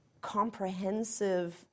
comprehensive